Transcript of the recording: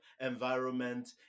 environment